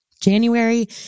January